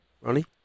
Ronnie